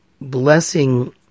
blessing